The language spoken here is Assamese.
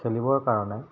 খেলিবৰ কাৰণে